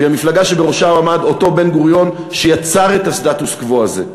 והיא המפלגה שבראשה עמד אותו בן-גוריון שיצר את הסטטוס-קוו הזה,